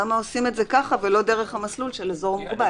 למה עושים את זה ככה ולא דרך המסלול של אזור מוגבל,